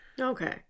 Okay